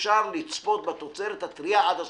אי-אפשר לצפות בתוצרת הטרייה עד הסוף.